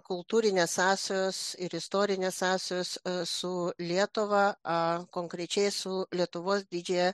kultūrinės sąsajos ir istorinės sąsajos su lietuva a konkrečiai su lietuvos didžiąją